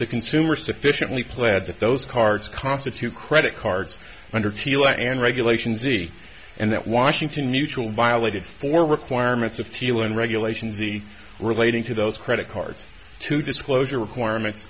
the consumer sufficiently pled that those cards constitute credit cards under seal and regulations e and that washington mutual violated for requirements of tiel and regulations the relating to those credit cards to disclosure requirement